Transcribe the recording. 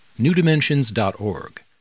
newdimensions.org